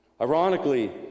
ironically